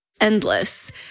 endless